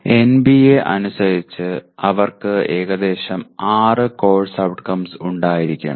NBA അനുസരിച്ച് അവർക്ക് ഏകദേശം 6 കോഴ്സ് ഔട്ട്കംസ് ഉണ്ടായിരിക്കണം